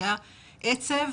היה עצב